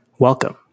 Welcome